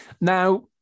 Now